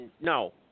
No